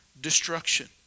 destruction